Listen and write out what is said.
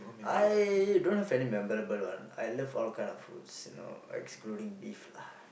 I don't have any memorable one I love all kind of foods you know excluding beef lah